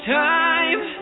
time